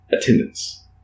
attendance